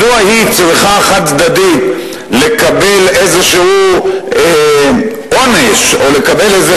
מדוע היא צריכה חד-צדדית לקבל איזה עונש או איזו